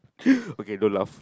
okay don't laugh